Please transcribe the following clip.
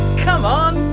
come on,